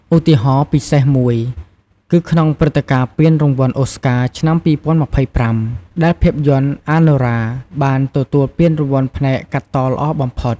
ឧទាហរណ៍ពិសេសមួយគឺក្នុងព្រឹត្តិការណ៍ពានរង្វាន់ អូស្ការ ឆ្នាំ ២០២៥ ដែលភាពយន្ត “អាណូរា” បានទទួលពានរង្វាន់ផ្នែក កាត់តល្អបំផុត។